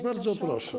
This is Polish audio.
Bardzo proszę,